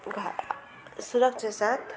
सुरक्षा साथ